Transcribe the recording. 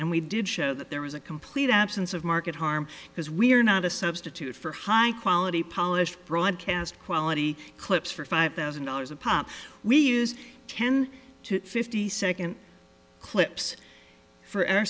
and we did show that there was a complete absence of market harm because we are not a substitute for high quality polished broadcast quality clips for five thousand dollars a pop we use ten to fifty second clips for